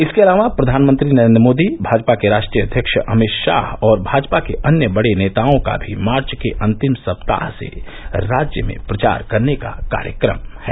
इसके अलावा प्रधानमंत्री नरेन्द्र मोदी भाजपा के राष्ट्रीय अध्यक्ष अमित शाह और भाजपा के अन्य बड़े नेताओं का भी मार्च के अंतिम सप्ताह से राज्य में प्रचार करने का कार्यक्रम है